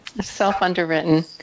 Self-underwritten